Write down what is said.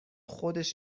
خودش